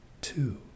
two